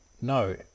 no